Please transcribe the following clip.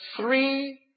three